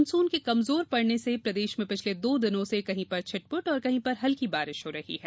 monsoon के कमजोर पड़ने से प्रदेश में पिछले दो दिनों से कहीं पर छिटपुट और कहीं पर हल्की बारिश हो रही है